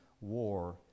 war